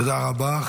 תודה רבה.